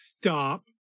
stop